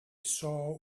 saw